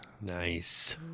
nice